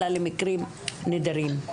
אלא למקרים נדירים.